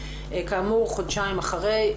כאמור חודשיים אחרי,